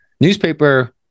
newspaper